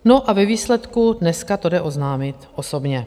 No a ve výsledku dneska to jde oznámit osobně.